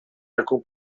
alcun